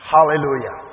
Hallelujah